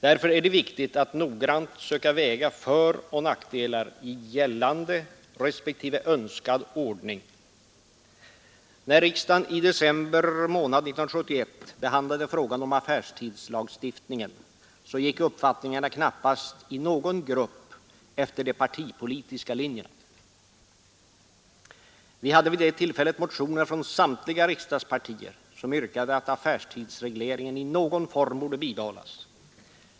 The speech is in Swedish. Därför är det viktigt att noggrant söka väga föroch nackdelar i gällande respektive önskad ordning. När riksdagen i december månad 1971 behandlade frågan om affärstidslagstiftningen, så gick uppfattningarna knappast i någon grupp efter de partipolitiska linjerna. Vi hade vid det tillfället motioner från samtiga riksdagspartier som yrkade att affärstidsregleringen i någon form borde bibehållas.